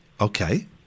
Okay